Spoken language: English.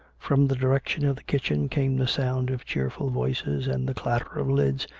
from the direction of the kitchen came the sound of cheerful voices, and the clatter of lids,